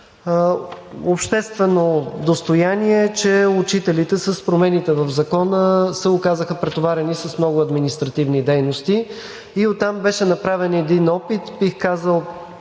Обществено достояние е, че учителите с промените в Закона се оказаха претоварени с много административни дейности и оттам беше направен един опит,